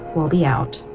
we'll be out